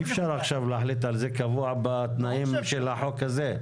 אי אפשר עכשיו להחליט על זה קבוע בתנאים של החוק הזה.